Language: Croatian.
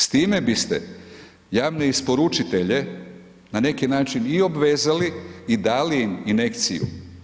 S time biste javne isporučitelje na neki način i obvezali i dali im injekciju.